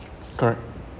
correct